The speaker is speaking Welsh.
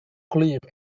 gwlyb